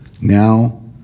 Now